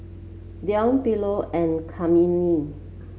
Deon Philo and Kymani